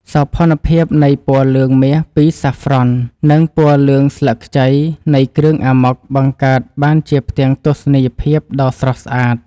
សោភ័ណភាពនៃពណ៌លឿងមាសពីសាហ្វ្រ៉ន់ និងពណ៌លឿងស្លឹកខ្ចីនៃគ្រឿងអាម៉ុកបង្កើតបានជាផ្ទាំងទស្សនីយភាពដ៏ស្រស់ស្អាត។